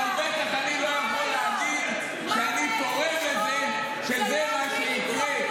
--- אבל בטח אני לא יכול להגיד שאני תורם לזה שזה מה שיקרה.